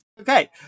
Okay